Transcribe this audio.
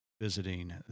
Visiting